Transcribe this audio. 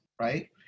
right